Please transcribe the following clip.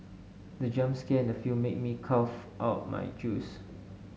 the jump scare in the film made me cough out my juice